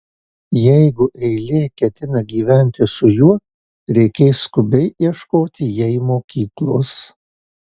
jeigu eilė ketina gyventi su juo reikės skubiai ieškoti jai mokyklos